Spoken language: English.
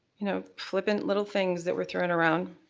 you know, flippant little things that we're throwing around.